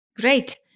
Great